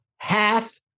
half